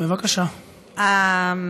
כן,